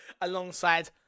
alongside